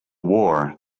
war